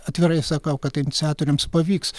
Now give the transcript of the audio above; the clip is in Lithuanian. atvirai sakau kad iniciatoriams pavyks